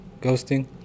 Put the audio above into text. ghosting